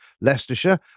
Leicestershire